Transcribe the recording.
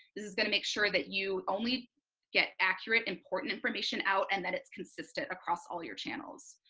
this is going to make sure that you only get accurate important information out and that it's consistent across all your channels.